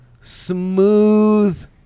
smooth